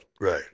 Right